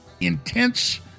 intense